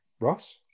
Ross